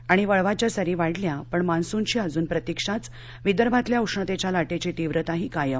आणि वळवाच्या सरी वाढल्या पण मान्सूनची अजून प्रतिक्षाच विदर्भातल्या उष्णतेच्या लाटेची तीव्रताही कायम